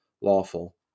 lawful